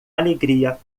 alegria